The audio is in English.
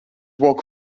walk